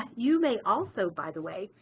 you may also by the way,